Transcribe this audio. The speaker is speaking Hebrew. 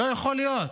לא יכול להיות.